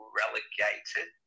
relegated